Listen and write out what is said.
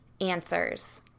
answers